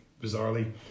bizarrely